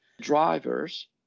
drivers